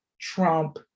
trump